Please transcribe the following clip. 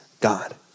God